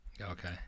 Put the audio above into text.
Okay